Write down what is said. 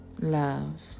love